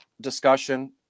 discussion